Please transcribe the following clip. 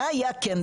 עכשיו מה היה כן?